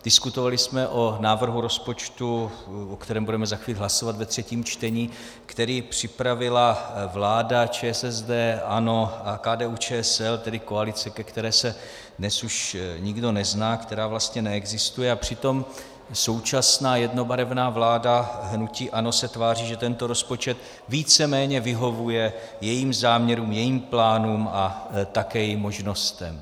Diskutovali jsme o návrhu rozpočtu, o kterém budeme za chvíli hlasovat ve třetím čtení, který připravila vláda, ČSSD, ANO a KDUČSL, tedy koalice, ke které se dnes už nikdo nezná, která vlastně neexistuje, a přitom současná jednobarevná vláda hnutí ANO se tváří, že tento rozpočet víceméně vyhovuje jejím záměrům, jejím plánům a také jejím možnostem.